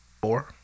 Four